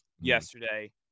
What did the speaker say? yesterday